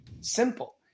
simple